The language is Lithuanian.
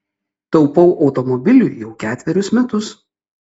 taupau automobiliui jau ketverius metus